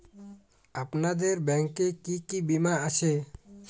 আপনাদের ব্যাংক এ কি কি বীমা আছে?